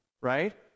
right